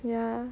ya